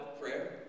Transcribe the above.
prayer